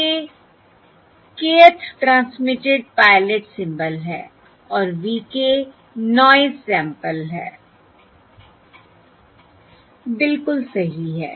x k kth transmitted pilot symbol है और v k noise sample है बिलकुल सही है